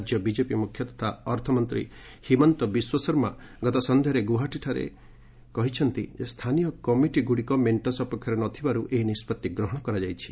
ରାଜ୍ୟ ବିଜେପି ମୁଖ୍ୟ ତଥା ଅର୍ଥମନ୍ତ୍ରୀ ହିମନ୍ତ ବିଶ୍ୱଶର୍ମା ଗତ ସନ୍ଧ୍ୟାରେ ଗୁଆହାଟୀଠାରେ କହିଛନ୍ତି ସ୍ଥାନୀୟ କମିଟି ଗୁଡ଼ିକ ମେଣ୍ଟ ସପକ୍ଷରେ ନଥିବାରୁ ଏହି ନିଷ୍ପଭି ନିଆଯାଇଛି